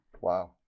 Wow